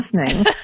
listening